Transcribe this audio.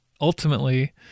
ultimately